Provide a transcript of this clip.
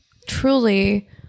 truly